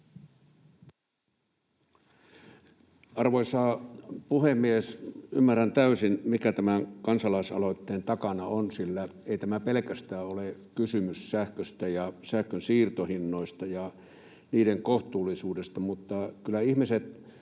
Arvoisa puhemies! Ymmärrän täysin, mikä tämän kansalais-aloitteen takana on, sillä ei tässä pelkästään ole kysymys sähköstä ja sähkönsiirtohinnoista ja niiden kohtuullisuudesta. Kyllä ihmiset